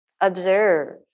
Observe